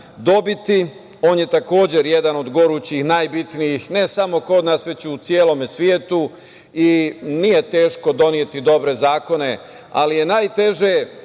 dobiti. On je takođe jedan od gorućih, najbitnijih, ne samo kod nas, već u celom svetu i nije teško doneti dobre zakone, ali je najteže